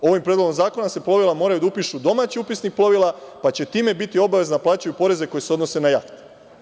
Ovim predlogom zakona plovila moraju da se upišu domaći upisnik plovila, pa će time biti obavezna da plaćaju poreze koji se odnose na jahte.